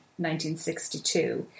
1962